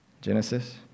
Genesis